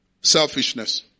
Selfishness